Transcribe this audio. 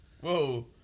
Whoa